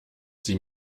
sie